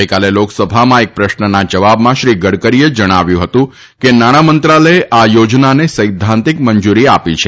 ગઈકાલે લોકસભામાં એક પ્રશ્નના જવાબમાં શ્રી ગડકરીએ જણાવ્યું હતું કે નાણાં મંત્રાલયે આ યોજનાને સૈદ્વાંતિક મંજુરી આપી છે